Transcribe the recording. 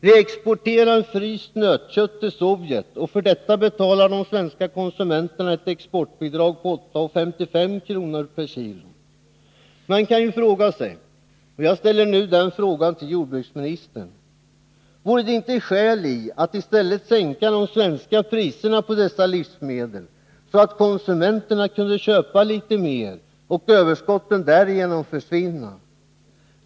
Vi exporterar fryst nötkött till Sovjet, och för detta betalar Man kan ju fråga sig, och jag ställer nu den frågan till jordbruksministern: Måndagen den Vore det inte skäl i att i stället sänka de svenska priserna på dessa livsmedel, — 16 februari 1981 så att konsumenterna kunde köpa litet mer och överskotten därigenom försvinna?